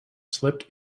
slipped